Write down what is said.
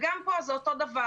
גם כאן זה אותו הדבר.